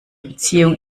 beziehung